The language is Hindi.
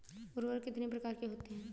उर्वरक कितनी प्रकार के होता हैं?